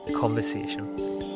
conversation